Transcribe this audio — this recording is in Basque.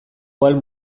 wall